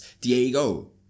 Diego